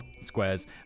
Squares